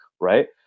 Right